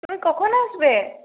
তুমি কখন আসবে